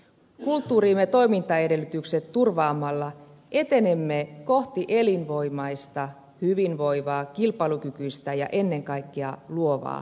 kulttuurimme toimintaedellytykset turvaamalla etenemme kohti elinvoimaista hyvinvoivaa kilpailukykyistä ja ennen kaikkea luovaa suomea